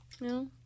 no